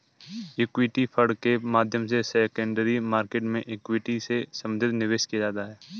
equity fund के माध्यम से सेकेंडरी मार्केट में इक्विटी से संबंधित निवेश किया जाता है